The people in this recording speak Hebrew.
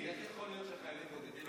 כי איך יכול להיות שחיילים בודדים,